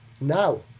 Now